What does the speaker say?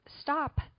stop